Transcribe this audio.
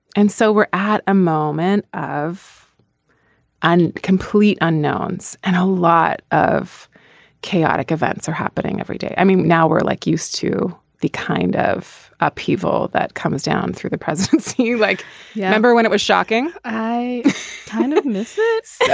and so we're at a moment of of and complete unknowns and a lot of chaotic events are happening every day. i mean now we're like used to the kind of upheaval that comes down through the presidency like you remember when it was shocking i kind of miss it.